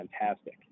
fantastic